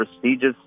prestigious